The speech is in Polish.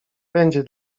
będzie